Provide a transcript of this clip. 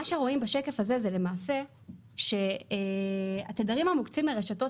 מה שרואים בשקף הזה זה למעשה התדרים המוקצים לרשתות